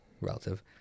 relative